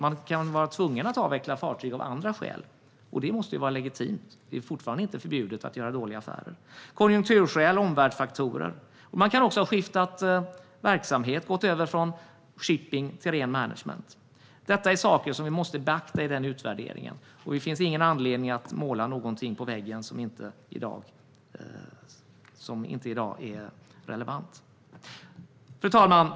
Man kan vara tvungen att avveckla fartyg av andra skäl också, och det måste vara legitimt, för det är fortfarande inte förbjudet att göra dåliga affärer. Det kan vara konjunkturskäl och omvärldsfaktorer. Man kan också ha skiftat verksamhet och gått över från shipping till ren management. Detta är saker som vi måste beakta i utvärderingen, och det finns ingen anledning att måla någonting på väggen som i dag inte är relevant. Fru talman!